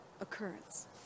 occurrence